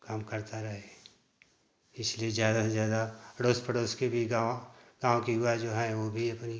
काम करता रहे इसलिए ज़्यादा से ज़्यादा रोस पड़ोस के भी गाँव गाँव के युवा जो हैं वो भी अपनी